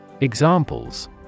Examples